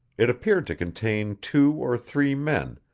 it appeared to contain two or three men,